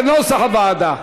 כנוסח הוועדה.